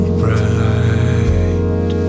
bright